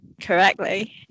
correctly